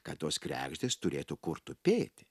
kad tos kregždės turėtų kur tupėti